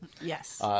Yes